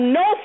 no